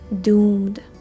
doomed